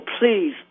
please